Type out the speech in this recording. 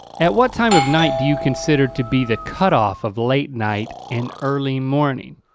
at what time of night do you consider to be the cutoff of late night and early morning?